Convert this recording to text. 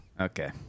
Okay